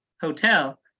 hotel